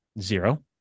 zero